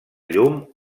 llum